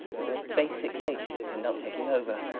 but their basic natures end up taking over,